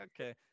okay